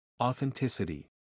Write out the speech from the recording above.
Authenticity